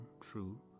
true